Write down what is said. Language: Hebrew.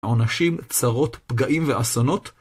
העונשים, צרות, פגעים ואסונות.